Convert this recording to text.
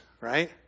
right